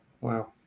Wow